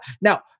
Now